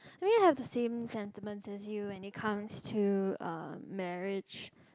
I mean I have the same sentiments as you when it comes to uh marriage